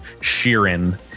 Sheeran